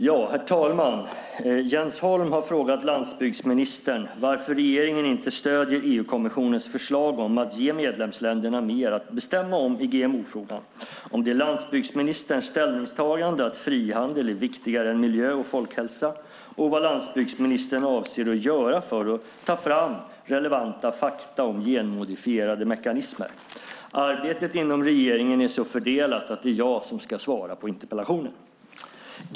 Herr talman! Jens Holm har frågat landsbygdsministern varför regeringen inte stöder EU-kommissionens förslag om att ge medlemsländerna mer att bestämma om i GMO-frågan, om det är landsbygdsministerns ställningstagande att frihandel är viktigare än miljö och folkhälsa och vad landsbygdsministern avser att göra för att ta fram relevanta fakta om genmodifierade mekanismer. Arbetet inom regeringen är så fördelat att det är jag som ska svara på interpellationen.